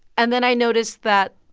and then i noticed that